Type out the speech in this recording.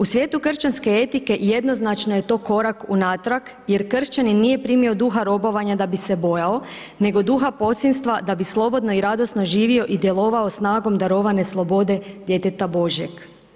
U svijetu kršćanske etike, jednoznačno je to korak unatrag, jer kršćanin nije primio duha robovanja da bi se bojao, nego duha posinstva, da bi slobodno i radosno živio i djelovao snagom darovane slobode djeteta božjeg.